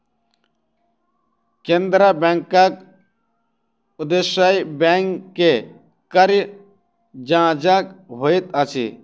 केंद्रीय बैंकक उदेश्य बैंक के कार्य जांचक होइत अछि